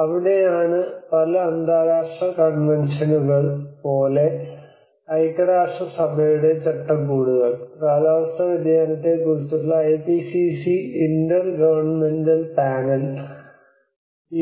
അവിടെയാണ് പല അന്താരാഷ്ട്ര കൺവെൻഷനുകൾ